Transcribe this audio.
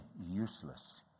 useless